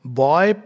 boy